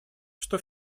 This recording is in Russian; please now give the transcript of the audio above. что